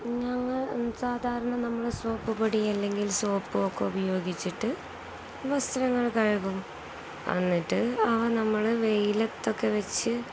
ഞങ്ങള് സാധാരണ നമ്മള് സോപ്പ് പൊടി അല്ലെങ്കിൽ സോപ്പൊക്കെ ഉപയോഗിച്ചിട്ട് വസ്ത്രങ്ങള് കഴുകും എന്നിട്ട് അവ നമ്മല് വെയിലത്തൊക്കെ വച്ച്